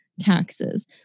taxes